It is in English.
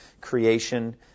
creation